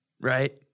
right